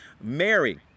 Mary